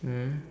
mm